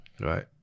Right